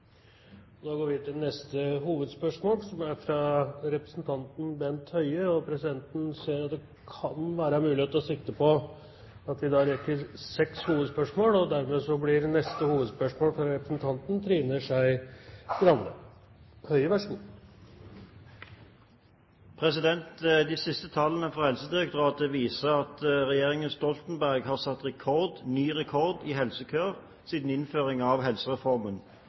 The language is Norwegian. Da går vi til neste hovedspørsmål, som er fra representanten Bent Høie. Presidenten ser at det kan være mulig å rekke seks hovedspørsmål, dermed blir neste hovedspørsmål fra Trine Skei Grande. De siste tallene fra Helsedirektoratet viser at regjeringen Stoltenberg har satt ny rekord i helsekøer siden innføringen av helsereformen